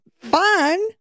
Fun